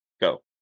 go